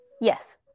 Yes